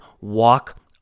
walk